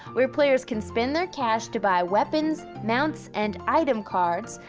where players can spend their cash to buy weapons, mounts, and item cards,